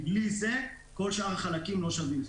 כי בלי זה כל שאר החלקים לא שווים.